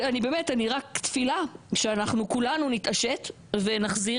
אני רק תפילה שאנחנו כולנו נתעשת ונחזיר